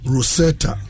Rosetta